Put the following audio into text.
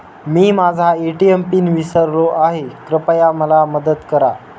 मी माझा ATM pin विसरलो आहे, कृपया मला मदत करा